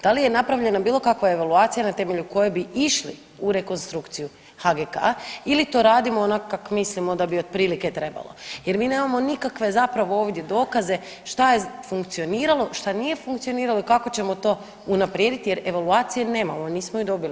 Da li je napravljena bilo kakva evaluacija na temelju koje bi išli u rekonstrukciju HGK ili to radimo onako kako mislimo da bi otprilike trebalo jer mi nemamo nikakve zapravo ovdje dokaze šta je funkcioniralo, šta nije funkcioniralo i kako ćemo to unaprijediti jer evaluacije nemamo, nismo ju dobili na stol jel.